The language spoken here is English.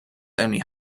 only